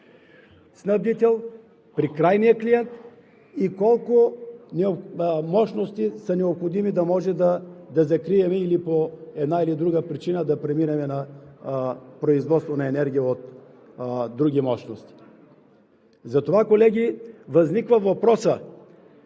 снабдител, при крайния клиент и колко мощности са необходими да може да закрием, или по една, или друга причина да преминем на производството на енергия от други мощности? Затова, колеги, възниква въпросът